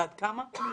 ועד כמה?